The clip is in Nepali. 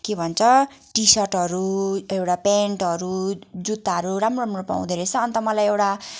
के भन्छ टी सर्टहरू एउटा प्यान्टहरू जुत्ताहरू राम्रो राम्रो पाउँदो रहेछ अन्त मलाई एउटा